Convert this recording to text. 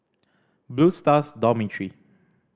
Blue Stars Dormitory